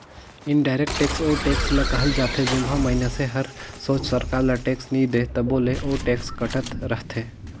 indirect tax ओ tax ल कहल जाथे जेम्हां मइनसे हर सोझ सरकार ल टेक्स नी दे तबो ले ओ टेक्स कटत रहथे